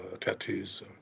Tattoos